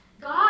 God